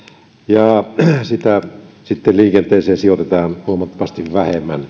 ja sitä sitten liikenteeseen sijoitetaan huomattavasti vähemmän